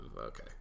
okay